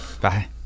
Bye